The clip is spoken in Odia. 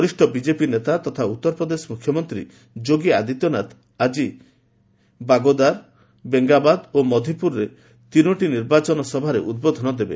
ବରିଷ୍ଣ ବିଜେପି ନେତା ତଥା ଉତ୍ତରପ୍ରଦେଶ ମୁଖ୍ୟମନ୍ତ୍ରୀ ଯୋଗୀ ଆଦିତ୍ୟନାଥ ଆଜି ବାଗୋଦାର ବେଙ୍ଗାବାଦ ଏବଂ ମଧୁପୁରରେ ତିନୋଟି ନିର୍ବାଚନ ସଭାରେ ଉଦ୍ବୋଧନ ଦେବେ